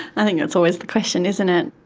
i think that's always the question isn't it.